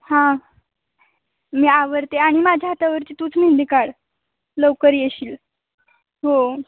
हां मी आवरते आणि माझ्या हातावरची तूच मेहंदी काढ लवकर येशील हो